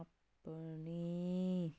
ਆਪਣੀ